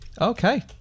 Okay